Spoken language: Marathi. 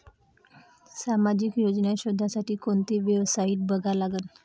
सामाजिक योजना शोधासाठी कोंती वेबसाईट बघा लागन?